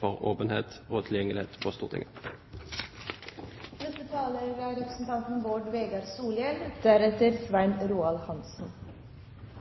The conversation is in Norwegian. for åpenhet og tilgjengelighet til Stortinget. Eg er